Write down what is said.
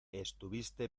estuviste